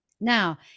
Now